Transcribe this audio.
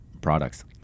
products